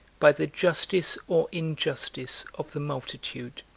by the justice or injustice of the multitude.